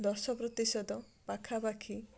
ଦଶ ପ୍ରତିଶତ ପାଖପାଖି